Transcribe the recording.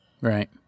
Right